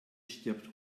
stirbt